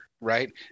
right